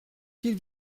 qu’il